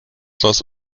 das